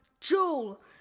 Jewel